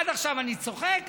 עד עכשיו אני צוחק,